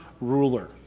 ruler